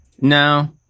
no